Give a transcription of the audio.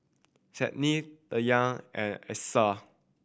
Senin Dayang and Alyssa